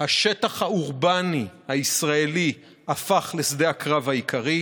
השטח האורבני הישראלי הפך לשדה הקרב העיקרי,